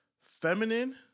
feminine